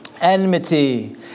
Enmity